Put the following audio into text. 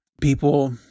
people